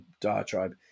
diatribe